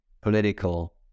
political